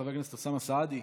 חבר הכנסת אוסאמה סעדי,